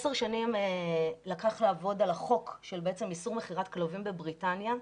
עשר שנים לקח לעבוד על החוק של איסור מכירת כלבים בבריטניה,